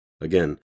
Again